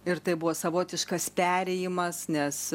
ir tai buvo savotiškas perėjimas nes